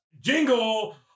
Jingle